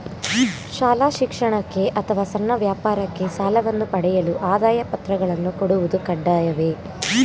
ಶಾಲಾ ಶಿಕ್ಷಣಕ್ಕೆ ಅಥವಾ ಸಣ್ಣ ವ್ಯಾಪಾರಕ್ಕೆ ಸಾಲವನ್ನು ಪಡೆಯಲು ಆದಾಯ ಪತ್ರಗಳನ್ನು ಕೊಡುವುದು ಕಡ್ಡಾಯವೇ?